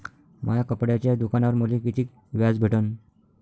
माया कपड्याच्या दुकानावर मले कितीक व्याज भेटन?